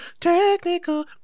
technical